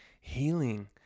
healing